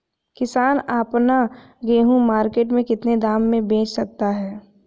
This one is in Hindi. किसान अपना गेहूँ मार्केट में कितने दाम में बेच सकता है?